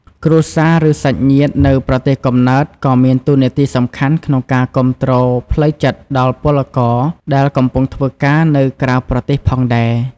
គ្រួសារ ឬសាច់ញាតិនៅប្រទេសកំណើតក៏មានតួនាទីសំខាន់ក្នុងការគាំទ្រផ្លូវចិត្តដល់ពលករដែលកំពុងធ្វើការនៅក្រៅប្រទេសផងដែរ។